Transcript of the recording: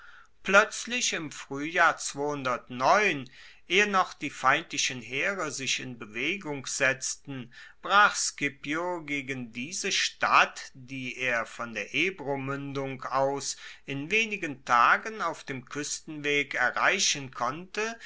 ploetzlich im fruehjahr ehe noch die feindlichen heere sich in bewegung setzten brach scipio gegen diese stadt die er von der ebromuendung aus in wenigen tagen auf dem kuestenweg erreichen konnte